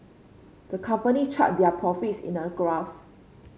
the company charted their profits in a graph